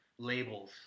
Labels